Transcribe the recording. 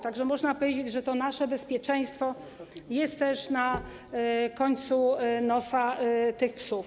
Tak że można powiedzieć, że nasze bezpieczeństwo jest też na końcu nosa tych psów.